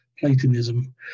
Platonism